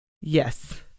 Yes